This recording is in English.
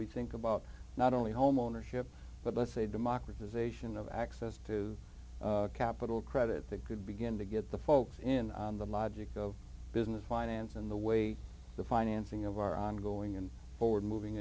we think about not only homeownership but let's say democratization of access to capital credit that could begin to get the folks in the logic of business finance and the way the financing of our ongoing and forward moving